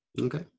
Okay